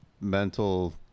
mental